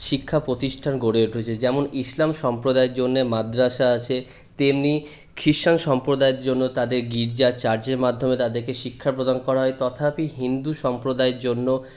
শিক্ষাপ্রতিষ্ঠান গড়ে উঠেছে যেমন ইসলাম সম্প্রদায়ের জন্যে মাদ্রাসা আছে তেমনি খ্রীষ্টান সম্প্রদায়ের জন্য তাদের গির্জা চার্চের মাধ্যমে তাদেরকে শিক্ষাপ্রদান করা হয়ে তথাপি হিন্দু সম্প্রদায়ের জন্য